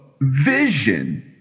vision